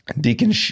Deacon